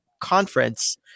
conference